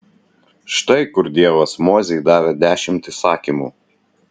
štai kur dievas mozei davė dešimt įsakymų